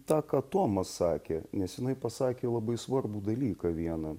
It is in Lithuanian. tą ką toma sakė nes jinai pasakė labai svarbų dalyką vieną